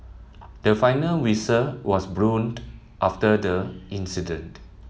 the final whistle was blowned after the incident